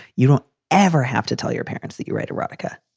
you don't ever have to tell your parents that you write erotica.